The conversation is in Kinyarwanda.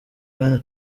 bwana